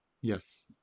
Yes